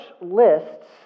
lists